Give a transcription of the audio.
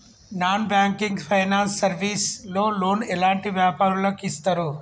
Non banking finance service లో loan ఎలాంటి వ్యాపారులకు ఇస్తరు?